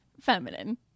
feminine